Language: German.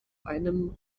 einem